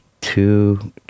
two